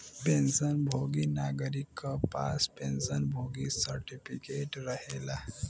pension भोगी नागरिक क पास पेंशन भोगी सर्टिफिकेट रहेला